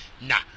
Nah